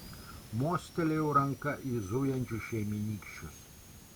mostelėjau ranka į zujančius šeimynykščius